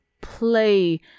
play